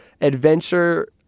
adventure